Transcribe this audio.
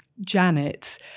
Janet